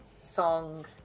song